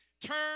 turn